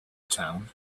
town